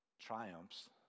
triumphs